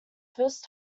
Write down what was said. first